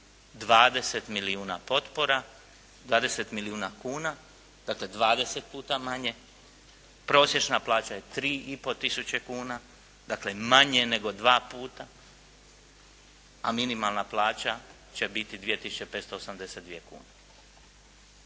20 milijuna potpora, 20 milijuna kuna, dakle, 20 puta manje, prosječna plaća je 3,5 tisuće kuna, dakle, manje nego dva puta, a minimalna plaća će biti 2 tisuće